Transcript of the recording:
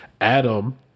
Adam